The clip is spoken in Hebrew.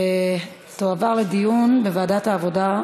תועבר לוועדת העבודה,